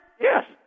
Yes